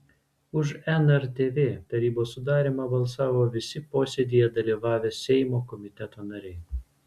už nrtv tarybos sudarymą balsavo visi posėdyje dalyvavę seimo komiteto nariai